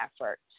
effort